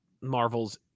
Marvel's